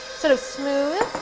so smooth,